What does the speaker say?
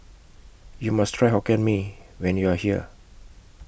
YOU must Try Hokkien Mee when YOU Are here